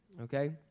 okay